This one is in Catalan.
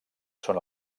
són